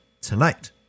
tonight